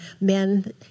men